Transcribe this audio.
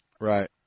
Right